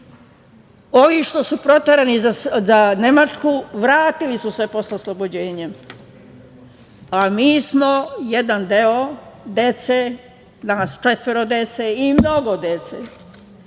što su proterani za Nemačku, vratili su se posle oslobođenja, a mi smo jedan deo dece, nas četvoro dece, i mnogo dece.